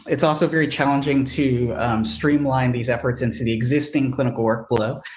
it's also very challenging to streamline these efforts into the existing clinical workflow.